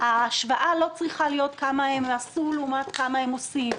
ההשוואה לא צריכה להיות כמה הם עשו לעומת כמה הם עושים.